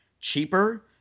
cheaper